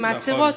ומעצרות.